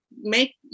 make